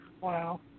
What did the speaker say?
Wow